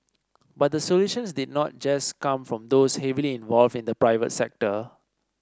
but the solutions did not just come from those heavily involved in the private sector